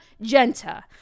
Genta